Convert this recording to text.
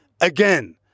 Again